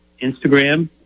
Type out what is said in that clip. Instagram